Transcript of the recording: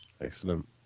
Excellent